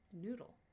noodle